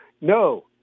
no